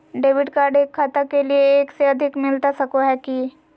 Debit card एक खाता के लिए एक से अधिक मिलता सको है की?